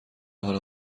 حال